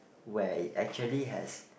where it actually has